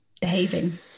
behaving